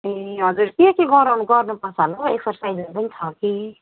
ए हजुर के के गराउनु गर्नुपर्छ होला हौ एसरसाइजहरू पनि छ कि